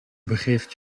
begeeft